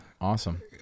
awesome